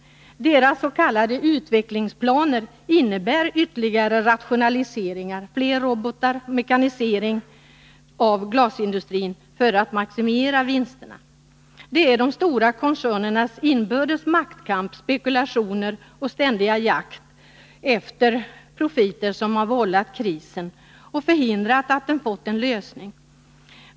Deras s.k. utvecklingsplaner innebär ytterligare rationaliseringar, fler robotar och mekanisering av glasindustrin för att de skall kunna maximera vinsterna. Det är de stora koncernernas inbördes maktkamp, spekulationer och ständiga jakt efter profiter som har vållat krisen och förhindrat att den fått en lösning.